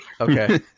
Okay